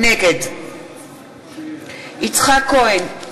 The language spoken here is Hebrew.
נגד יצחק כהן,